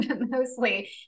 Mostly